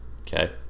okay